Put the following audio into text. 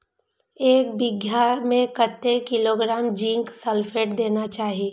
एक बिघा में कतेक किलोग्राम जिंक सल्फेट देना चाही?